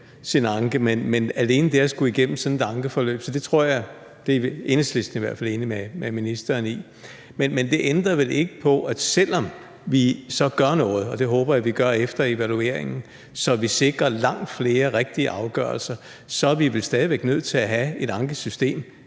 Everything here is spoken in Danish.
sin anke, men det er alene det at skulle igennem sådan et ankeforløb. Så det er Enhedslisten i hvert fald enig med ministeren i. Men det ændrer vel ikke på, at vi, selv om vi gør noget – og det håber jeg vi gør efter evalueringen, så vi sikrer langt flere rigtige afgørelser – så stadig væk er nødt til at have et ankesystem.